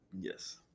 Yes